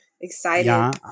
excited